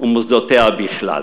ומוסדותיה בכלל.